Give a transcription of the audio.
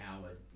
Howard